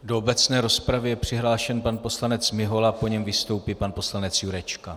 Do obecné rozpravy je přihlášen pan poslanec Mihola, po něm vystoupí pan poslanec Jurečka.